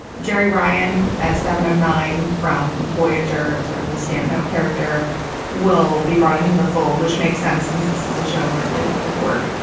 gerry ryan as seven of nine from voyager, sort of the standout character will be brought into the fold, which makes sense since this is a show largely about the borg.